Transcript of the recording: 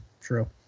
true